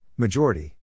Majority